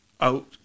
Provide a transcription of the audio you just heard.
out